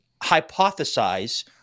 hypothesize